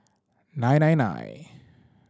nine nine nine